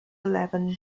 eleven